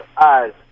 eyes